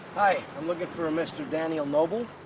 hi. i'm looking for a mr. daniel noble.